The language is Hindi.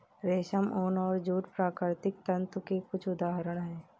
रेशम, ऊन और जूट प्राकृतिक तंतु के कुछ उदहारण हैं